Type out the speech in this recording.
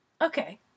okay